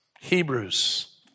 Hebrews